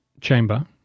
chamber